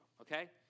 okay